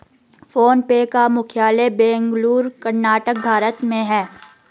phone पे का मुख्यालय बेंगलुरु, कर्नाटक, भारत में है